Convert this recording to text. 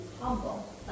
humble